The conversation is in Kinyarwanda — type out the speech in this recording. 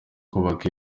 kubaka